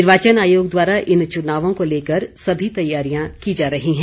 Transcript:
निर्वाचन आयोग द्वारा इन चुनावों को लेकर सभी तैयारियां की जा रही हैं